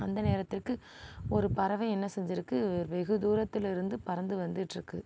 அந்த நேரத்துக்கு ஒரு பறவை என்ன செஞ்சுருக்கு வெகு தூரத்திலிருந்து பறந்து வந்துகிட்ருக்கு